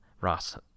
ross